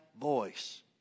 voice